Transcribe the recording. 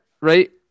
right